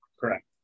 Correct